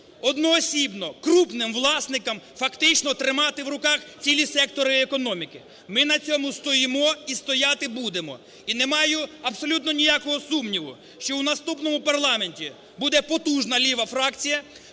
одноосібно крупним власникам фактично тримати в руках цілі сектори економіки! Ми на цьому стоїмо і стояти будемо. І не маю абсолютно ніякого сумніву, що в наступному парламенті буде потужна ліва фракція.